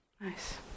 Nice